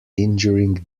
injuring